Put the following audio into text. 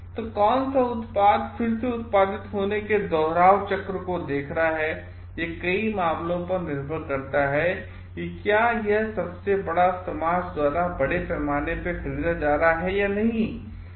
तो कौन सा उत्पाद फिर से उत्पादित होने का दोहराव चक्र देख रहा है यह कई मामलों पर निर्भर करता है कि क्या यह सबसे बड़ा समाज द्वारा बड़े पैमाने पर खरीदा जा रहा है यानहीं